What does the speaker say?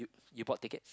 you bought tickets